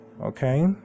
Okay